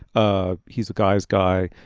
ah he's a guy's guy.